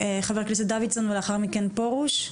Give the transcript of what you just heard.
חבר הכנסת דוידסון ולאחר מכן פרוש.